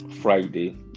Friday